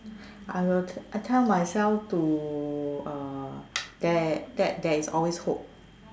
I will tell tell myself to uh that there that there is always hope